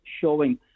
showing